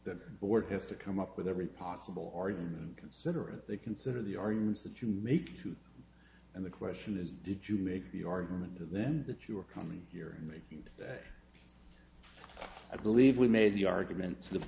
that word has to come up with every possible argument considerate they consider the arguments that you can make too and the question is did you make the argument then that you were coming here making i believe we made the argument t